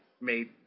made